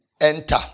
enter